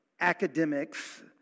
academics